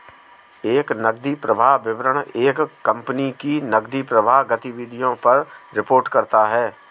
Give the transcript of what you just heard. एक नकदी प्रवाह विवरण एक कंपनी की नकदी प्रवाह गतिविधियों पर रिपोर्ट करता हैं